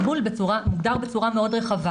גמול מוגדר בצורה מאוד רחבה.